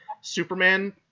Superman